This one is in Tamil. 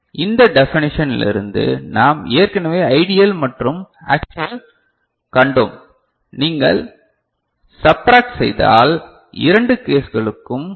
இந்த டெபனிஷன் இலிருந்து நாம் ஏற்கனவே ஐடியல் மற்றும் ஆக்சுவல் கண்டோம் நீங்கள் சப்ற்றாக்ட் செய்தால் இரண்டு கேஸ்களுக்கும் ஐ